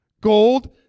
Gold